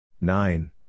nine